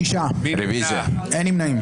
ארבעה בעד, שישה נגד, אין נמנעים.